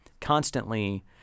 constantly